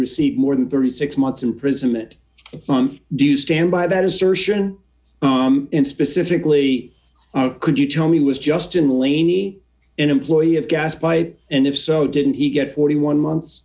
received more than thirty six months imprisonment do you stand by that assertion and specifically could you tell me was just in laney an employee of gaspipe and if so didn't he get forty one months